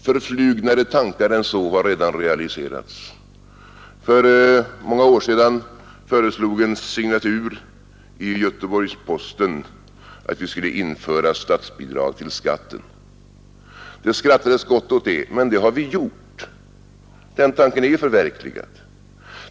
Förflugnare tankar än så har redan realiserats. För många år sedan föreslog en signatur i Göteborgs-Posten att vi skulle införa statsbidrag till skatter. Det skrattades gott åt förslaget, men det har vi gjort numera. Den tanken är ju förverkligad.